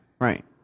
Right